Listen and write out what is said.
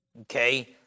okay